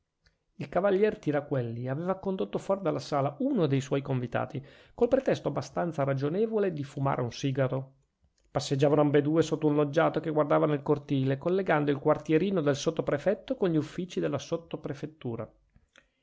il cavalier tiraquelli aveva condotto fuor della sala uno de suoi convitati col pretesto abbastanza ragionevole di fumare un sigaro passeggiavano ambedue sotto un loggiato che guardava nel cortile collegando il quartierino del sottoprefetto con gli uffizi della